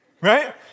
right